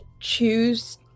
choose